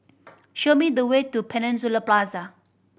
show me the way to Peninsula Plaza